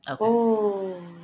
Okay